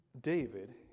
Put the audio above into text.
David